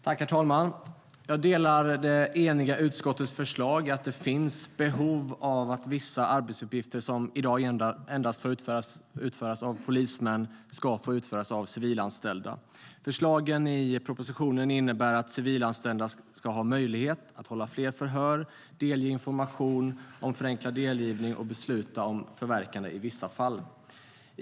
Herr talman! Jag instämmer i det eniga utskottets förslag om att det finns behov av att vissa arbetsuppgifter som i dag endast får utföras av polismän ska få utföras av civilanställda. Förslagen i propositionen innebär att civilanställda ska ha möjlighet att hålla fler förhör, delge information om förenklad delgivning och besluta om förverkande i vissa fall.